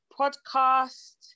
podcast